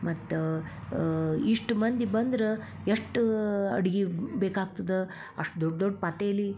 ಮತ್ತು ಇಷ್ಟು ಮಂದಿ ಬಂದ್ರೆ ಎಷ್ಟು ಅಡ್ಗೆ ಬೇಕಾಗ್ತದೆ ಅಷ್ಟು ದೊಡ್ಡ ದೊಡ್ಡ ಪಾತೇಲಿ